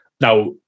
now